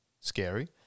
scary